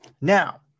Now